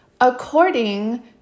According